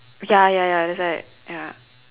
ya ya ya that's why ya